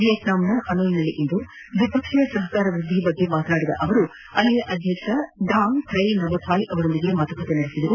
ವಿಯಟ್ನಂನ ಹನೋಯ್ನಲ್ಲಿಂದು ದ್ವಿಪಕ್ಷೀಯ ಸಹಕಾರ ವೃದ್ದಿ ಕುರಿತಂತೆ ಮಾತನಾಡಿದ ಅವರು ಅಲ್ಲಿಯ ಅಧಕ್ಷ ಡಾಂಗ್ ಥೈ ನಗೋಥಾಯ್ ಅವರೊಂದಿಗೆ ಮಾತುಕತೆ ನಡೆಸಿದರು